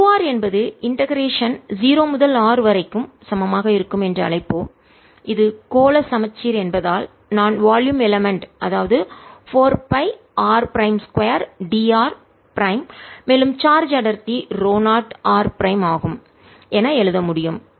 q என்பது இண்டெகரேஷன்ஒருங்கிணைப்புக்கு 0 முதல் r வரை க்கு சமமாக இருக்கும் என்று அழைப்போம் இது கோள சமச்சீர் என்பதால் நான் வால்யூம் எலமன்ட் தொகுதி உறுப்பை அதாவது 4 pi r2dr மேலும் சார்ஜ் அடர்த்தி ρ0 r ஆகும்என எழுத முடியும்